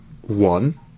One